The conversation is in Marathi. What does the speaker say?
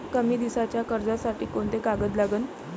कमी दिसाच्या कर्जासाठी कोंते कागद लागन?